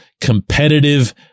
competitive